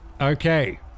Okay